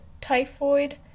typhoid